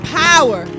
power